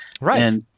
Right